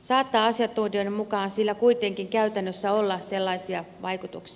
saattaa asiantuntijoiden mukaan sillä kuitenkin käytännössä olla sellaisia vaikutuksia